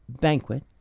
banquet